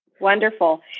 wonderful